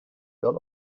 built